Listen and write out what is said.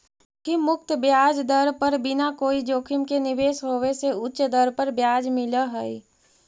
जोखिम मुक्त ब्याज दर पर बिना कोई जोखिम के निवेश होवे से उच्च दर पर ब्याज मिलऽ हई